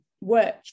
work